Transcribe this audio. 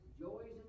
joys